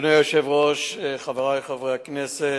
אדוני היושב-ראש, חברי חברי הכנסת,